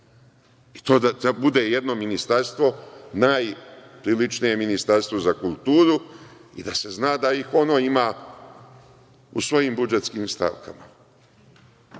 da bude jedno ministarstvo najpriličnije je Ministarstvo za kulturu i da se zna da ih ono ima u svojim budžetskim stavkama,